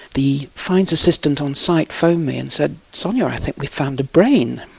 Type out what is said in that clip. the finds assistant on site phoned me and said sonia, i think we've found a brain,